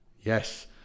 Yes